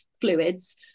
fluids